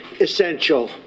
essential